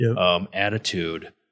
attitude